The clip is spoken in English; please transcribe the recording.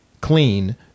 clean